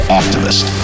activist